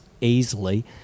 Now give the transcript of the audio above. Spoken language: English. easily